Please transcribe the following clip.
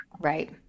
right